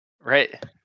Right